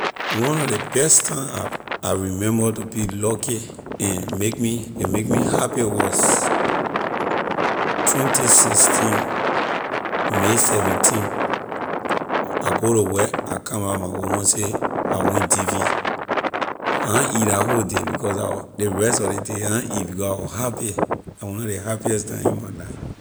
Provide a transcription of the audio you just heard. One nor ley best time I i remember to be lucky a make me a make me happy was twenty sixteen may seventeen I go to work I come bah my woman say I win dv I na eat la whole day because I was ley rest of ley day I na eat because I wor happy la one of ley happiest time in my life